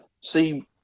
see